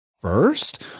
first